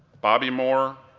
bobby moore,